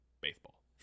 baseball